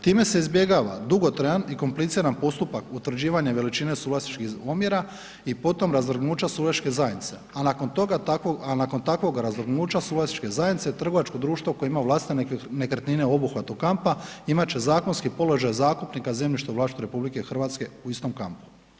Time se izbjegava dugotrajan i kompliciran postupak utvrđivanja veličine suvlasničkih omjera i potom razvrgnuća suvlasničke zajednice, a nakon toga takvog, a nakon takvog razvrgnuća suvlasničke zajednice trgovačko društvo koje ima vlastite nekretnine u obuhvatu kampa imat će zakonski položaj zakupnika zemljišta u vlasništvu RH u istom kampu.